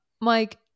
Mike